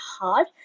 hard